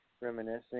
reminiscing